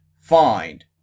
find